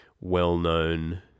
well-known